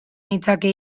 nitzake